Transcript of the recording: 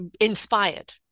Inspired